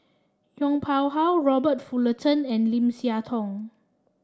Yong Pung How Robert Fullerton and Lim Siah Tong